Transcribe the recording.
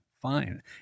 fine